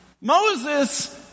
Moses